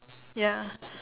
ya